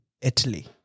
Italy